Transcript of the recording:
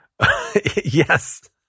Yes